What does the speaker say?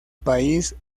país